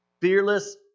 Fearless